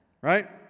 Right